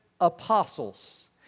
apostles